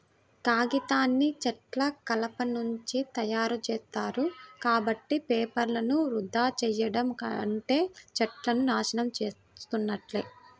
కాగితాన్ని చెట్ల కలపనుంచి తయ్యారుజేత్తారు, కాబట్టి పేపర్లను వృధా చెయ్యడం అంటే చెట్లను నాశనం చేసున్నట్లే